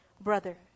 brother